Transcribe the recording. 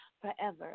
forever